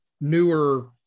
newer